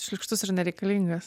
šlykštus ir nereikalingas